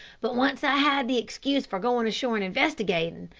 but once i had the excuse for going ashore and investigating,